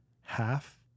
half